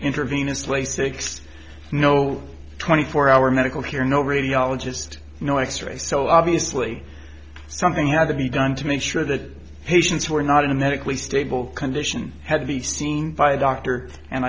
intervene is lasix no twenty four hour medical care no radiologist no x ray so obviously something had to be done to make sure that patients who were not in a medically stable condition had to be seen by a doctor and